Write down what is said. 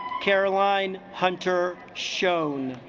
caroline hunter shown